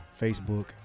Facebook